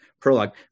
prologue